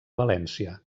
valència